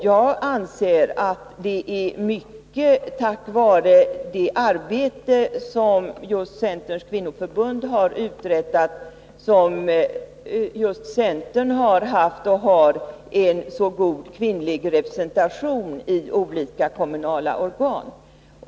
Jag anser att det är mycket tack var det arbete som just Centerns kvinnoförbund har utfört som centern har haft och har en så god kvinnlig representation i olika kommunala organ.